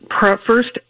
first